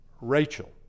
Rachel